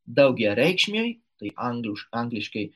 daugiareikšmiai tai anglų angliškai